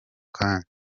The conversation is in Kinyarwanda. kanya